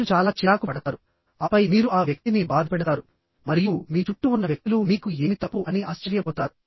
మీరు చాలా చిరాకు పడతారు ఆపై మీరు ఆ వ్యక్తిని బాధపెడతారు మరియు మీ చుట్టూ ఉన్న వ్యక్తులు మీకు ఏమి తప్పు అని ఆశ్చర్యపోతారు